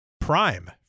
prime